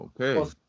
Okay